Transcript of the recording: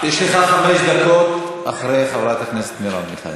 יש לך חמש דקות אחרי חברת הכנסת מרב מיכאלי.